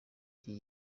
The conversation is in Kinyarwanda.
iki